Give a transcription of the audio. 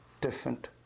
different